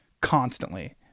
constantly